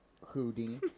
houdini